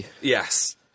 Yes